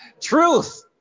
Truth